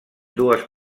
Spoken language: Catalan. dues